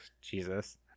Jesus